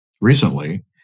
recently